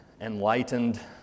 enlightened